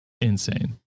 insane